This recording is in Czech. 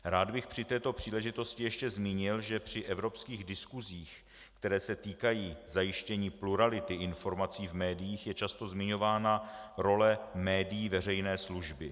Rád bych při této příležitosti ještě zmínil, že při evropských diskusích, které se týkají zajištění plurality informací v médiích, je často zmiňována role médií veřejné služby.